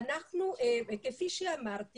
אנחנו כפי שאמרתי